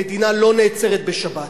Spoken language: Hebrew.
המדינה לא נעצרת בשבת.